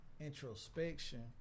introspection